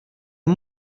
amb